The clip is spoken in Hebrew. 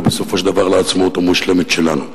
ובסופו של דבר לעצמאות המושלמת שלנו.